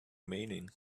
meaning